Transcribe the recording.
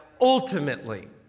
ultimately